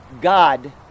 God